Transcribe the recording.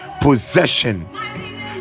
possession